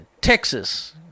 Texas